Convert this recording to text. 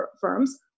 firms